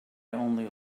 only